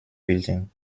building